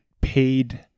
paid